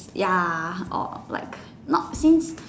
ya or like not seems